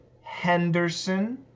Henderson